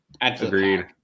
Agreed